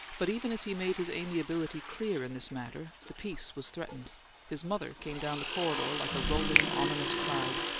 but even as he made his amiability clear in this matter, the peace was threatened his mother came down the corridor like a rolling, ominous cloud.